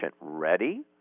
ready